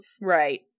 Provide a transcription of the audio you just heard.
Right